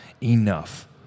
enough